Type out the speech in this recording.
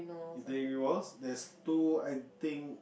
there was there's two I think